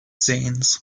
scenes